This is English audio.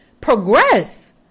progress